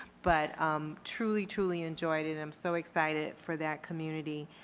but um truly, truly enjoyed it. i'm so excited for that community.